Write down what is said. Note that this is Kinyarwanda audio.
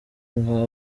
mwa